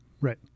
Right